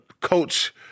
coach